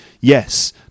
yes